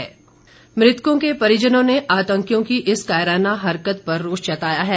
मतक परिजन मृतकों के परिजनों ने आतंकियों की इस कायराना हरकत पर रोष जताया है